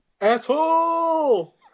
Asshole